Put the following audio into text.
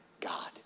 God